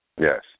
Yes